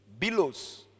Belows